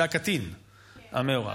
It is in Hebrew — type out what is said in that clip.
זה הקטין המעורב.